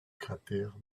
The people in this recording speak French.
cratère